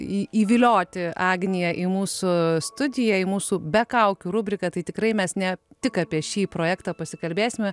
įvilioti agniją į mūsų studiją į mūsų be kaukių rubriką tai tikrai mes ne tik apie šį projektą pasikalbėsime